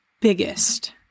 biggest